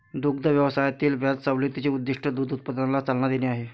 दुग्ध व्यवसायातील व्याज सवलतीचे उद्दीष्ट दूध उत्पादनाला चालना देणे आहे